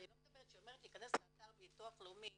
אני לא מדברת שהיא אומרת להכנס לאתר ביטוח לאומי